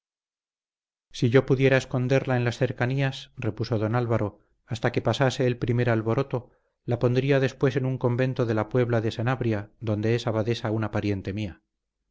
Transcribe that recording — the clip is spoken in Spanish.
si yo pudiera esconderla en las cercanías repuso don álvaro hasta que pasase el primer alboroto la pondría después en un convento de la puebla de sanabria donde es abadesa una pariente mía